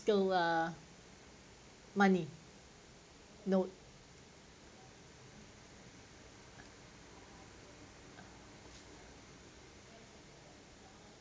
~sical uh money note